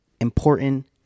important